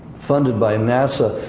funded by nasa,